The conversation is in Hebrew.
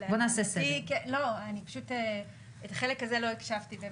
את החלק הזה לא שמעתי,